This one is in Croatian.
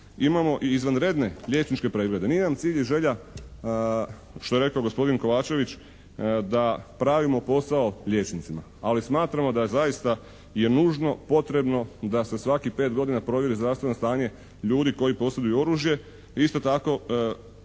imamo i izvanredne liječničke preglede. Nije nam cilj i želja, što je rekao gospodin Kovačević, da pravimo posao liječnicima, ali smatramo da zaista je nužno potrebno da se svakih 5 godina provjeri zdravstveno stanje ljudi koji posjeduju oružje.